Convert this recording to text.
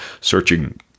searching